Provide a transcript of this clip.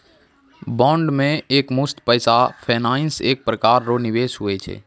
bond मे एकमुस्त पैसा फसैनाइ एक प्रकार रो निवेश हुवै छै